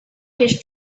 his